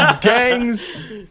Gangs